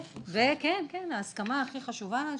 וההסכמה הכי חשובה.